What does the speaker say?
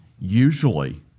Usually